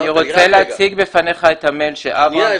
אני רוצה להציג בפניך את המייל שאברהם --- שנייה,